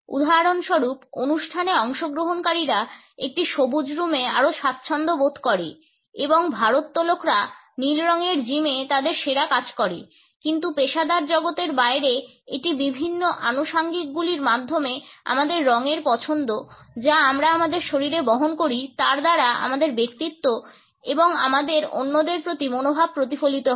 উদাহরণস্বরূপ অনুষ্ঠানে অংশগ্রহণকারীরা একটি সবুজ রুমে আরও স্বাচ্ছন্দ্য বোধ করে এবং ভারোত্তোলকরা নীল রঙের জিমে তাদের সেরা কাজ করে কিন্তু পেশাদার জগতের বাইরে এটি বিভিন্ন আনুষাঙ্গিকগুলির মাধ্যমে আমাদের রঙের পছন্দ যা আমরা আমাদের শরীরে বহন করি তার দ্বারা আমাদের ব্যক্তিত্ব এবং আমাদের অন্যদের প্রতি মনোভাব প্রতিফলিত হয়